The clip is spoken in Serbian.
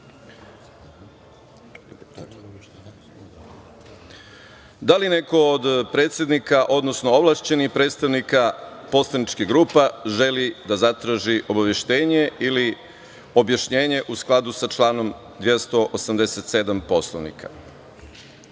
li neko od predsednika, odnosno ovlašćenih predstavnika poslaničkih grupa želi da zatraži obaveštenje ili objašnjenje, u skladu sa članom 287. Poslovnika? Reč